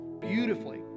beautifully